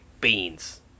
beans